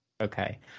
Okay